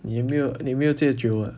你有没有你没有戒酒 ah